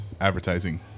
advertising